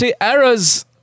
errors